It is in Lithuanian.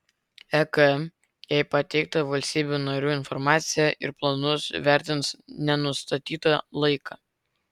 ek jai pateiktą valstybių narių informaciją ir planus vertins nenustatytą laiką